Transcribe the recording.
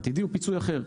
העתידי הוא פיצוי אחר,